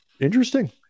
interesting